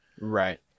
right